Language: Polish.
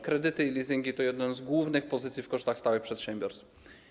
Kredyty i leasingi to jedna z głównych pozycji w kosztach stałych przedsiębiorstw.